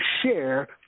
share